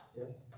Yes